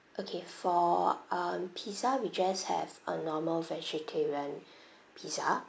okay for um pizza we just have a normal vegetarian pizza